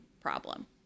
problem